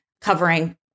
covering